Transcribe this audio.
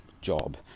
job